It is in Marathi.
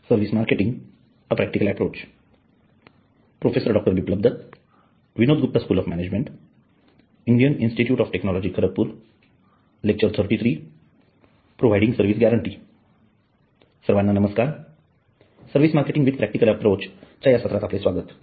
सर्वाना नमस्कार service marketing with practical approach च्या या सत्रात आपले स्वागत